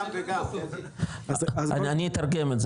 אני אתרגם את זה,